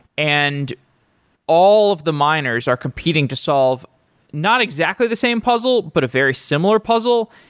and all of the miners are competing to solve not exactly the same puzzle, but a very similar puzzle,